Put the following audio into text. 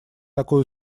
такой